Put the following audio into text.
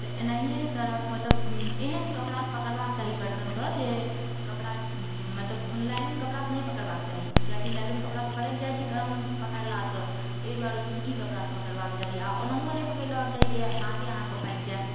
तऽ एनाहियें तरहक मतलब एहन कपड़ासँ पकड़बाक चाही बर्तनके जे कपड़ा मतलब कोनो नॉयलन कपड़ासँ नहि पकड़बाक चाही किएक कि नॉयलन कपड़ा तऽ बड़कि जाइ छै गरम पकड़लासँ अइ दुआरे सूती कपड़ासँ पकड़बाक चाही या ओनाहु नहि पकड़ि लेबाक चाही जे हाथे अहाँके पाकि जाइ